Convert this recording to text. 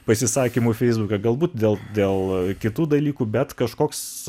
pasisakymų feisbuką galbūt dėl dėl kitų dalykų bet kažkoks